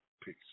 Peace